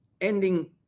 ending